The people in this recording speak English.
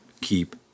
keep